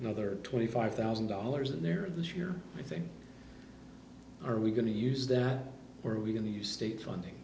another twenty five thousand dollars in there this year i think are we going to use that are we going to use state funding